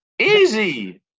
Easy